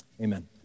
amen